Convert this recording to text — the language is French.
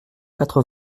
quatre